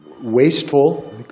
wasteful